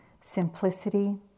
Simplicity